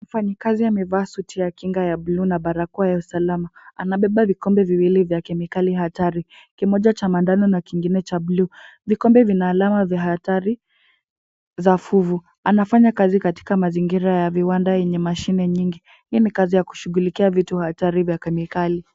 Mfanyikazi amevaa suti ya kinga ya buluu na barakoa ya usalama. Anabeba vikombe viwili vya kemikali hatari. Kimoja cha manjano na kingine cha bluu. Vikombe vina alama vya hatari, za fuvu. Anafanya kazi katika mazingira ya viwanda yenye mashine nyingi. Hii ni kazi ya kushughulikia vitu hatari vya kemikali.